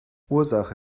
ursache